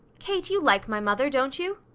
kate, you like my mother, don't you?